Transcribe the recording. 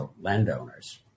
landowners